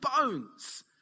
bones